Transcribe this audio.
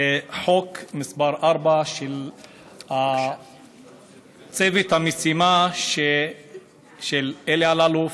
זה חוק מספר 4 של צוות המשימה של אלי אלאלוף,